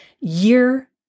year